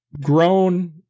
grown